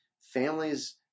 Families